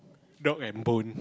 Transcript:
dog and bone